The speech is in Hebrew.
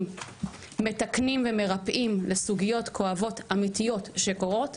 מתקנים ומרפאים לסוגיות כואבות אמיתיות שקורות,